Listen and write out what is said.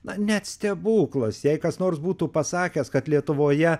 na net stebuklas jei kas nors būtų pasakęs kad lietuvoje